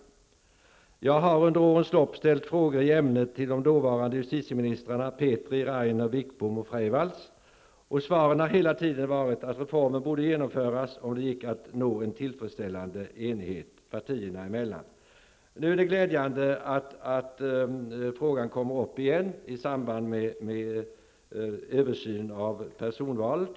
Jag har under årens lopp ställt frågor i ämnet till de dåvarande justitieministrarna Petri, Rainer, Wickbom och Freivalds, och svaren har hela tiden varit att reformen borde genomföras om det går att nå en tillfredsställande enighet partierna emellan. Det är glädjande att frågan nu tas upp igen i samband med översynen av personval.